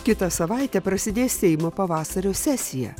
kitą savaitę prasidės seimo pavasario sesija